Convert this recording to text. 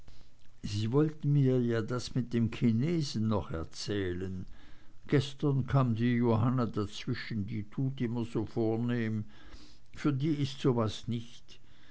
sie wollten mir ja das mit dem chinesen noch erzählen gestern kam die johanna dazwischen die tut immer so vornehm für die ist so was nichts